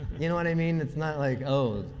you know what i mean? it's not like, oh,